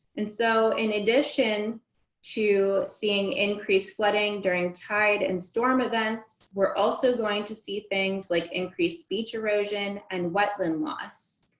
and so in addition to seeing increased flooding during tide and storm events, we're also going to see things like increased beach erosion and wetland loss.